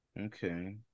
Okay